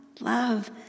love